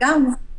גם גברים,